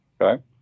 Okay